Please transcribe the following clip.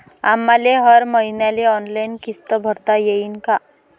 आम्हाले हर मईन्याले ऑनलाईन किस्त भरता येईन का?